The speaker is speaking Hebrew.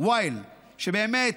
שבאמת,